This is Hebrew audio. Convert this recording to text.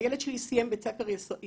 הילד שלי סיים בית ספר יסודי.